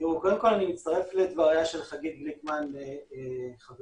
קודם כל אני מצטרף לדבריה של חגית גליקמן, חברתי,